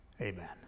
Amen